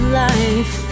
life